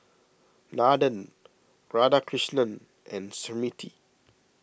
Nathan Radhakrishnan and Smriti